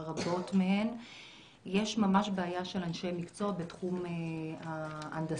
יש בעיה של אנשי המקצוע בתחום ההנדסה.